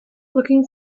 looking